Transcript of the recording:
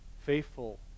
faithful